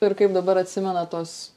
ir kaip dabar atsimenat tuos